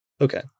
Okay